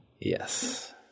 Yes